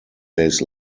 days